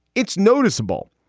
it's noticeable.